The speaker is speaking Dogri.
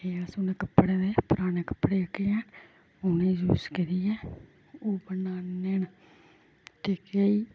एह् अस उ'नें कपड़े दे पुराने कपड़े जेह्के ऐ उ'नेंगी यूज करियै ओह् बनान्ने न ते केईं